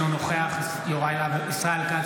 אינו נוכח ישראל כץ,